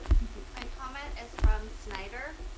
thank you. my comment is from schneider.